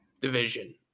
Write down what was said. division